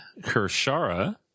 Kershara